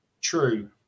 True